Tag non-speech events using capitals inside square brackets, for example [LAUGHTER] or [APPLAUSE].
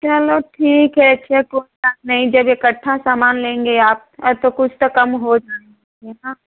चलो ठीक है जब [UNINTELLIGIBLE] जब इकट्ठा सामान लेंगे आप अ तो कुछ तो कम हो जाएगा न